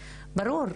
ברור,